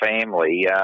family